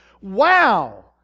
Wow